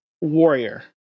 Warrior